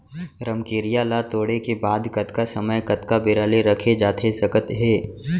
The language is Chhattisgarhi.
रमकेरिया ला तोड़े के बाद कतका समय कतका बेरा ले रखे जाथे सकत हे?